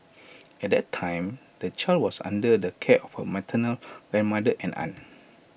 at that time the child was under the care of her maternal grandmother and aunt